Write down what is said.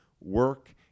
work